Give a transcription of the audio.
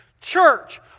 church